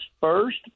first